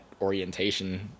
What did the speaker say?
orientation